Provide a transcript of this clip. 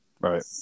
Right